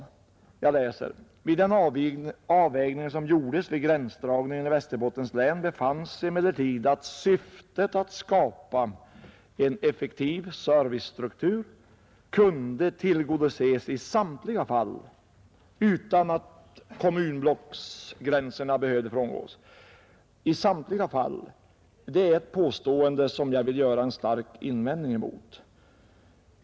Vidare heter det: ”Vid den avvägning som gjordes vid gränsdragningen i Västerbottens län befanns emellertid att syftet att skapa en effektiv servicestruktur kunde tillgodoses i samtliga fall utan att kommunblocksgränserna behövde frångås.” ”I samtliga fall” är ett påstående, som jag vill göra en stark invändning emot.